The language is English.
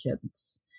kids